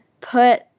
put